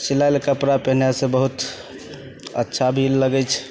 सिलाएल कपड़ा पिन्हैसे बहुत अच्छा भी लागै छै